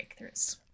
breakthroughs